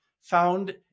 found